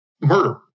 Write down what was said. murder